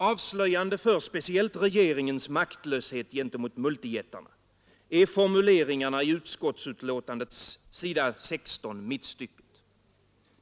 Avslöjande för speciellt regeringens maktlöshet gentemot multijättarna är formuleringarna på s. 16, mittstycket, i utskottsbetänkandet.